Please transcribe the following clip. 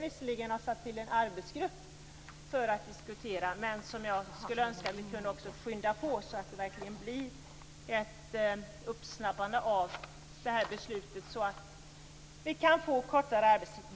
Visserligen finns det en arbetsgrupp tillsatt, men jag önskar att den kunde skynda på så att det blir ett uppsnabbande av beslutet om kortare arbetstid.